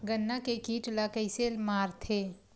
गन्ना के कीट ला कइसे मारथे?